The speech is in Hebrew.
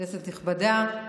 כנסת נכבדה,